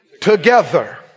together